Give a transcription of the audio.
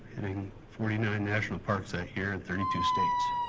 forty nine national parks that year in thirty two states.